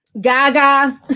Gaga